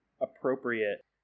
appropriate